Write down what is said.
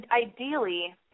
ideally